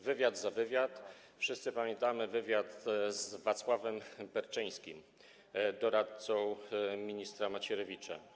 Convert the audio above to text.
Wywiad za wywiad - wszyscy pamiętamy wywiad z Wacławem Berczyńskim, doradcą ministra Macierewicza.